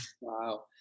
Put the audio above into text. Wow